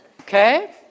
Okay